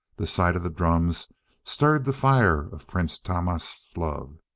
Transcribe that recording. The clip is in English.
the sight of the drums stirred the fire of prince tahmasp's love.